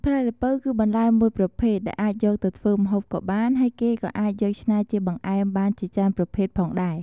ផ្លែល្ពៅ គឺបន្លែមួយប្រភេទដែលអាចយកទៅធ្វើម្ហូបក៏បាន ហើយគេក៏អាចយកច្នៃជាបង្អែមបានជាច្រើនប្រភេទផងដែរ។